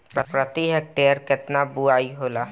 प्रति हेक्टेयर केतना बुआई होला?